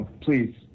please